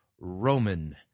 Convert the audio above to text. Roman